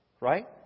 Right